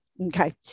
okay